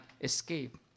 escape